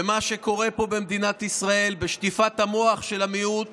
ומה שקורה פה במדינת ישראל בשטיפת המוח של המיעוט